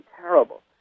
terrible